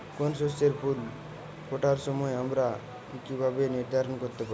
কোনো শস্যের ফুল ফোটার সময় আমরা কীভাবে নির্ধারন করতে পারি?